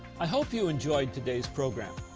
i hope you enjoyed today's program.